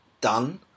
done